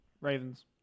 Ravens